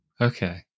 Okay